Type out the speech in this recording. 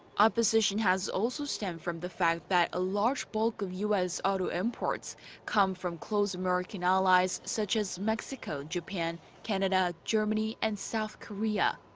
opposition has also stemmed from the fact. that a large bulk of u s. auto imports come from close american allies such as mexico, japan, canada, germany and south korea.